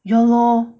ya lor